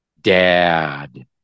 Dad